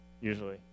usually